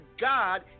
God